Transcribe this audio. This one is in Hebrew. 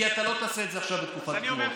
למה, כי אתה לא תעשה את זה עכשיו בתקופת בחירות.